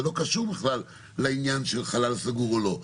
זה לא קשור בכלל לעניין של חלל סגור או לא.